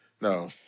No